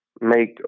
make